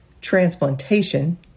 transplantation